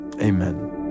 amen